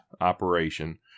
operation